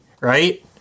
right